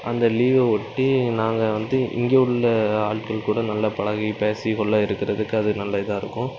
அந்த லீவை ஒட்டி நாங்கள் வந்து இங்கே உள்ள ஆள்கள் கூட நல்லா பழகி பேசி கொள்ள இருக்கிறதுக்கு அது நல்ல இதாக இருக்கும்